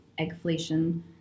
eggflation